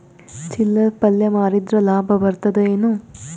ಚಿಲ್ಲರ್ ಪಲ್ಯ ಮಾರಿದ್ರ ಲಾಭ ಬರತದ ಏನು?